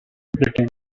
written